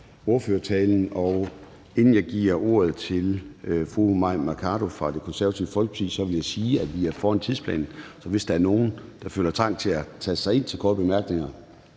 Og inden jeg giver ordet til fru Mai Mercado fra Det Konservative Folkeparti, vil jeg sige, at vi er foran i tidsplanen, så hvis der er nogen, der føler trang til at taste sig ind til korte bemærkninger,